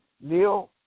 Neil